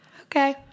Okay